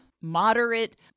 moderate